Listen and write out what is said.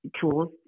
tools